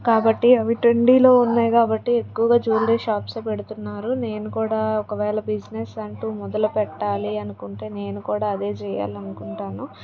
కాబట్టి అవి ట్రెండింగ్లో ఉన్నాయి కాబట్టి ఎక్కువగా జ్యూవలరీ షాప్స్ పెడుతున్నారు నేను కూడా ఒక వేళ బిజినెస్ అంటూ మొదలు పెట్టాలి అనుకుంటే నేను కూడా అదే చేయాలనుకుంటున్నా